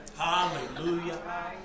Hallelujah